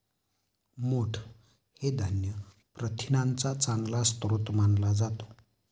मोठ हे धान्य प्रथिनांचा चांगला स्रोत मानला जातो